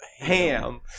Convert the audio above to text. ham